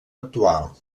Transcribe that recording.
actual